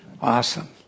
awesome